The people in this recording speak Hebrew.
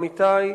עמיתי,